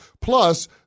Plus